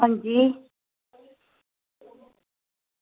हां जी